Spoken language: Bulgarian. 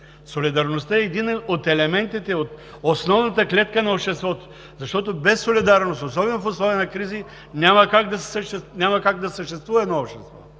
Солидарността е един от елементите от основната клетка на обществото, защото без солидарност, особено в условия на кризи, няма как да съществува едно общество.